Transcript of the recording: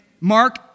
Mark